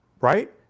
right